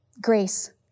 Grace